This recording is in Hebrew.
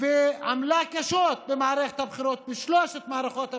ועמלה קשה בשלוש מערכות הבחירות.